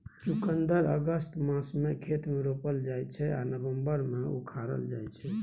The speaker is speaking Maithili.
चुकंदर अगस्त मासमे खेत मे रोपल जाइ छै आ नबंबर मे उखारल जाइ छै